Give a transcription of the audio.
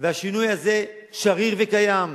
והשינוי הזה שריר וקיים,